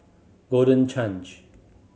Golden Change